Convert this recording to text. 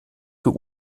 für